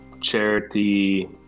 charity